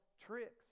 tricks